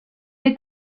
est